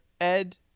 Ed